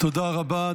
תודה רבה.